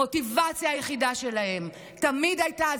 המוטיבציה היחידה שלהם תמיד הייתה,